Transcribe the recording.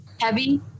heavy